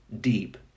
deep